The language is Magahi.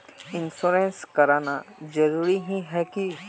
इंश्योरेंस कराना जरूरी ही है की?